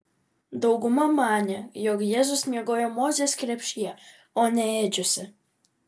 dauguma manė jog jėzus miegojo mozės krepšyje o ne ėdžiose